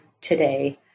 today